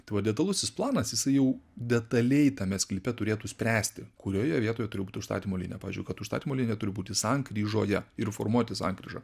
tai va detalusis planas jisai jau detaliai tame sklype turėtų spręsti kurioje vietoj turi būt užstatymo linija pavyzdžiui kad užstatymo linija turi būti sankryžoje ir formuoti sankryžą